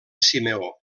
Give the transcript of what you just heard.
simeó